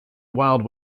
wild